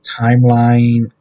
timeline